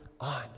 on